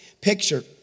picture